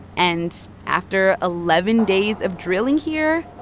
and after eleven days of drilling here,